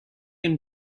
and